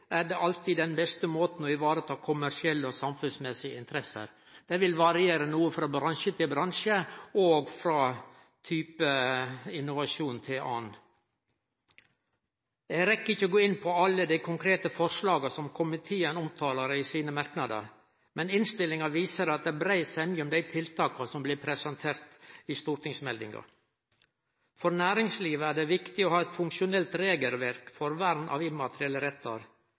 er det alltid den beste måten å vareta kommersielle og samfunnsmessige interesser på. Det vil variere noko frå bransje til bransje og frå ein type innovasjon til ein annan. Eg rekk ikkje å gå inn på alle dei konkrete forslaga som komiteen omtalar i sine merknader, men innstillinga viser at det er brei semje om dei tiltaka som blir presenterte i stortingsmeldinga. For næringslivet er det viktig å ha eit funksjonelt regelverk for vern av immaterielle rettar.